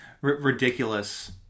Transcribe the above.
ridiculous